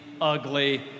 ugly